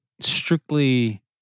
strictly